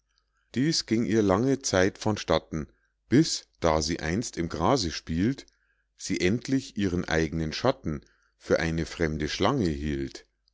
dies ging ihr lange zeit von statten bis da sie einst im grase spielt sie endlich ihren eignen schatten für eine fremde schlange hielt